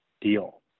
deal